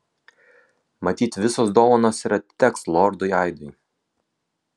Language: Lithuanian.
matyt visos dovanos ir atiteks lordui aidui